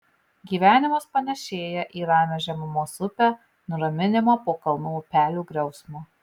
gyvenimas panėšėja į ramią žemumos upę nuraminimą po kalnų upelių griausmo